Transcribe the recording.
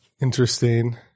Interesting